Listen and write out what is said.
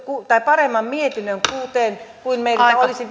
paremman mietinnön kuin meiltä olisi